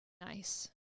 nice